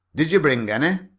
did you bring any?